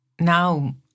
Now